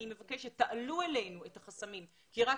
אני מבקשת שתעלו אלינו את החסמים כי רק